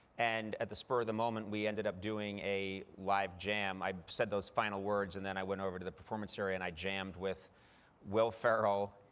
and at the spur of the moment we ended up doing a live jam. i said those final words, and then i went over to the performance area and i jammed with will ferrell,